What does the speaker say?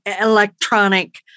electronic